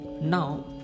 now